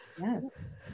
Yes